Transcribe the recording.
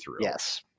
Yes